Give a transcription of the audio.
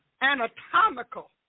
anatomical